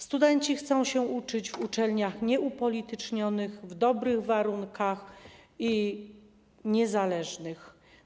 Studenci chcą się uczyć w uczelniach nieupolitycznionych, w dobrych warunkach i niezależnych.